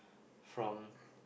from